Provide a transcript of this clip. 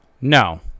no